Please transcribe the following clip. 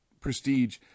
prestige